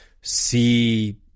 see